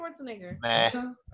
Schwarzenegger